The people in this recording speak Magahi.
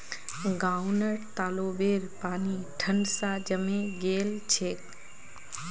गांउर तालाबेर पानी ठंड स जमें गेल छेक